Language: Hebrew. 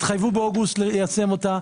התחייבו באוגוסט ליישם אותה.